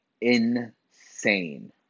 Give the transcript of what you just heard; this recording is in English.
Insane